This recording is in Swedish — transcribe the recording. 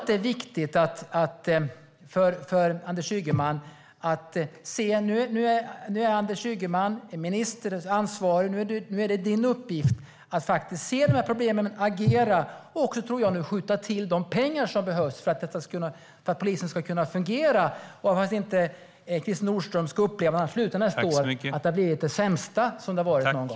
Det är viktigt för Anders Ygeman att inse att det är hans uppgift som ansvarig minister att se problemen, agera och skjuta till de pengar som behövs för att polisen ska fungera så att inte Christer Nordström när han slutar nästa år ska uppleva att situationen är den sämsta någonsin.